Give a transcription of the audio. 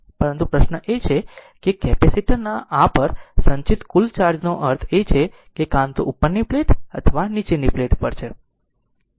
પરંતુ પ્રશ્ન એ છે કે કેપેસિટર ના આ પર સંચિત કુલ ચાર્જ નો અર્થ છે કે તે કાં તો ઉપરની પ્લેટ અથવા નીચલા પ્લેટ પર છે